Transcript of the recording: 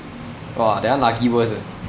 !wah! that one lagi worse eh